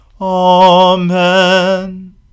Amen